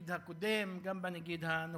הנגיד הקודם, גם הנגיד הנוכחי.